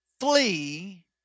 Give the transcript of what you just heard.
Flee